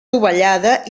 dovellada